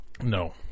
No